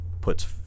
puts